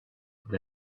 with